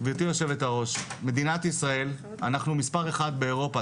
גברתי יו"ר מדינת ישראל אנחנו מספר אחד באירופה,